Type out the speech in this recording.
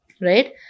Right